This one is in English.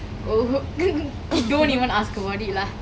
oh don't even ask about it lah